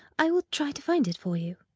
i will try to find it for you.